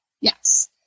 yes